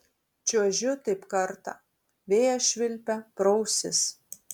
čiuožiu taip kartą vėjas švilpia pro ausis